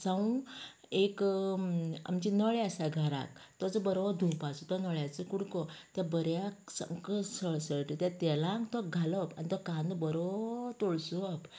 जावूं एक आमचे नळे आसा घराक ताजो बरो धुंवपाचो तो नळ्याचो कुडको त्या बऱ्यो सगळ्या सळसळटा त्या तेलांत तो घालप आनी कांदो बरो तळसूंवप